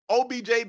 OBJ